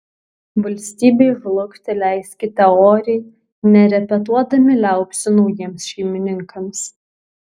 valstybei žlugti leiskite oriai nerepetuodami liaupsių naujiems šeimininkams